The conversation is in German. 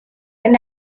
denn